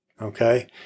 Okay